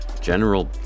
General